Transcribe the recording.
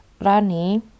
Rani